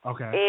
Okay